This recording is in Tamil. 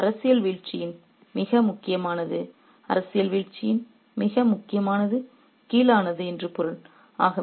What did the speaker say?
இது அரசியல் வீழ்ச்சியின் மிக முக்கியமானது அரசியல் வீழ்ச்சியின் மிகக் கீழானது என்று பொருள்